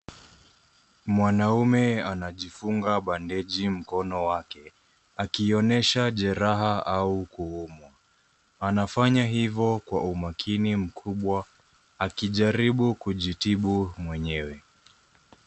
Mwanamume anajifunga bandeji mkono wake akionyesha jeraha au kuumwa. Anafanya hivyo kwa umakini mkubwa akijaribu kujitibu mwenyewe.